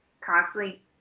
constantly